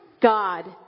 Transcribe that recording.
God